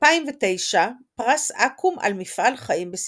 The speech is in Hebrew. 2009 פרס אקו"ם על מפעל חיים בספרות.